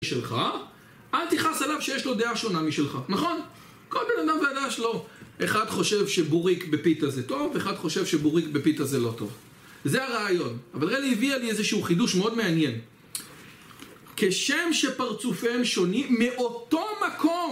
שלך, אל תכעס עליו שיש לו דעה שונה משלך, נכון? כל בן אדם והדעה שלו, אחד חושב שבוריק בפיתה זה טוב, אחד חושב שבוריק בפיתה זה לא טוב. זה הרעיון, אבל רלי הביאה לי איזשהו חידוש מאוד מעניין. כשם שפרצופיהם שונים מאותו מקום